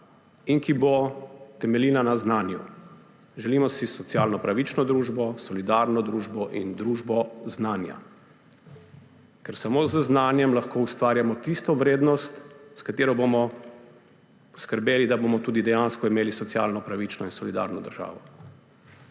in ki bo temeljila na znanju. Želimo si socialno pravično družbo, solidarno družbo in družbo znanja. Ker samo z znanjem lahko ustvarjamo tisto vrednost, s katero bomo poskrbeli, da bomo tudi dejansko imeli socialno pravično in solidarno državo.